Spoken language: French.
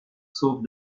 sauve